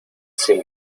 sin